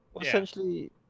Essentially